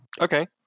Okay